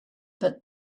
but